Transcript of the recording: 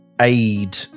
aid